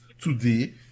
today